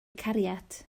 cariad